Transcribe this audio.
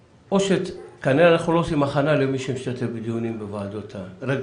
שלום, כבוד היושב-ראש,